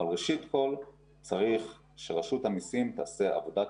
אבל ראשית כול צריך שרשות המיסים תעשה עבודת